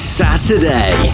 saturday